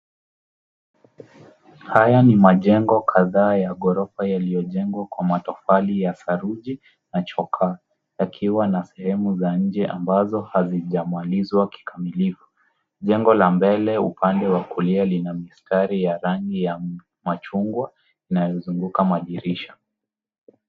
Haya ni majengo kadhaa ya ghorofa yaliojengwa kwa matofali ya saruji, na chokaa, yakiwa na sehemu za nje ambazo hazimalizwa kikamilifu. Jengo la mbele upande wa kulia lina mistari ya rangi ya machungwa, na yamezunguka madirisha.